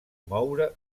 moure